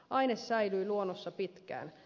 aine säilyy luonnossa pitkään